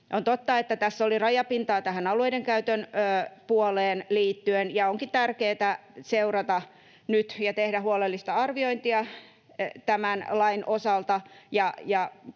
On totta, että tässä oli rajapintaa tähän alueiden käytön puoleen liittyen, ja onkin tärkeätä seurata nyt ja tehdä huolellista arviointia tämän lain osalta.